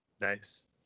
Nice